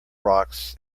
rocks